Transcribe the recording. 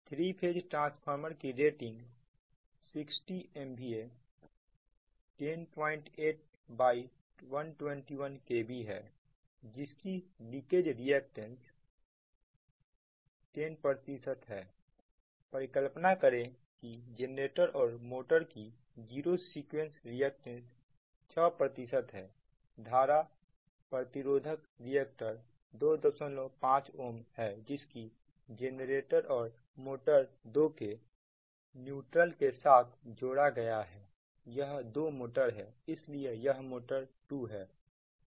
three phase transformer की rating 60 MVA 108121kv है जिसकी लीकेज रिएक्टेंस 10 है परिकल्पना करें किजेनरेटर और मोटर की जीरो सीक्वेंस रिएक्टेंस 6 है धारा प्रतिरोधक रिएक्टर 25 Ω है जिसेजेनरेटर और मोटर 2 के न्यूट्रल के साथ जोड़ा गया है यहां दो मोटर हैं इसलिए यह मोटर 2 है